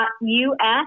U-S